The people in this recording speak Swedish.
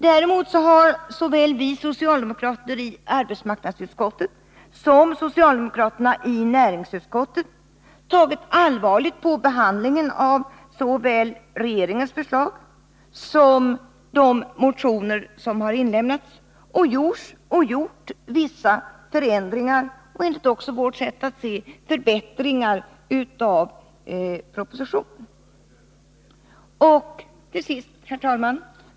Däremot har såväl vi socialdemokrater i arbetsmarknadsutskottet som socialdemokraterna i näringsutskottet tagit allvarligt på behandlingen av såväl regeringens förslag som de motioner som har inlämnats och gjort vissa förändringar och, enligt vårt sätt att se, förbättringar av propositionen. Herr talman!